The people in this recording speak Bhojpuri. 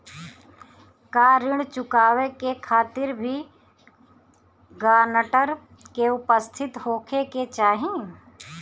का ऋण चुकावे के खातिर भी ग्रानटर के उपस्थित होखे के चाही?